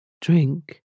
Drink